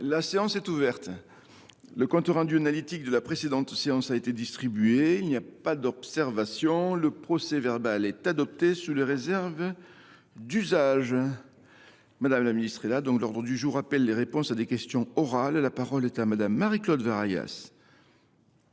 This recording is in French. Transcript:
La séance est ouverte. Le compte rendu analytique de la précédente séance a été distribué. Il n’y a pas d’observation ?… Le procès verbal est adopté sous les réserves d’usage. L’ordre du jour appelle les réponses à des questions orales. La parole est à Mme Marie Claude Varaillas,